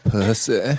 Pussy